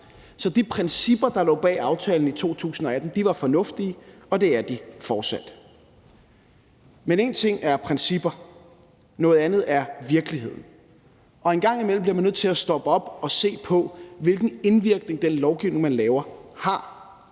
så de principper, der lå bag aftalen i 2018, var fornuftige, og det er de fortsat. Men én ting er principper, noget andet er virkeligheden, og en gang imellem bliver man nødt til at stoppe op og se på, hvilken indvirkning den lovgivning, man laver, har.